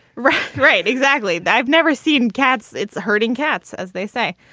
right. right. exactly. i've never seen cats it's herding cats, as they say.